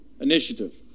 initiative